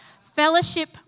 Fellowship